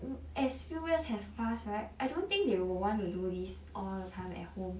um as few years have passed right I don't think they will want to do this all the time at home